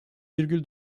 virgül